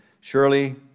Surely